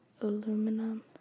aluminum